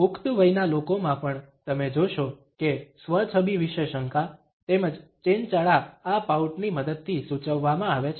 પુખ્ત વયના લોકોમાં પણ તમે જોશો કે સ્વ છબી વિશે શંકા તેમજ ચેનચાળા આ પાઉટની મદદથી સૂચવવામાં આવે છે